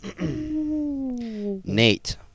Nate